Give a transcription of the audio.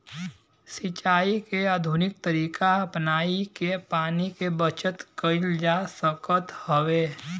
सिंचाई के आधुनिक तरीका अपनाई के पानी के बचत कईल जा सकत हवे